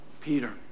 Peter